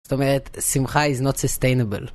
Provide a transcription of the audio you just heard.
זאת אומרת שמחה is not sustainable.